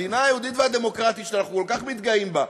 המדינה היהודית והדמוקרטית שאנחנו כל כך מתגאים בה,